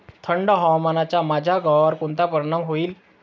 थंड हवामानाचा माझ्या गव्हावर कोणता परिणाम होईल?